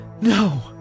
No